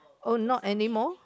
oh not anymore